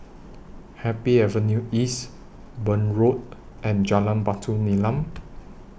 Happy Avenue East Burn Road and Jalan Batu Nilam